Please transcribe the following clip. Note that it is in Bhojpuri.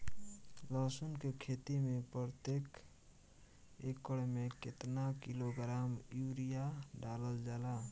लहसुन के खेती में प्रतेक एकड़ में केतना किलोग्राम यूरिया डालल जाला?